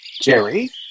Jerry